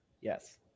Yes